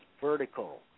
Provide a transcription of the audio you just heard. vertical